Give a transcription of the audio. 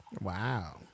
Wow